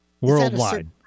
worldwide